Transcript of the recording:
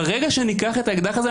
ברגע שניקח את האקדח הזה,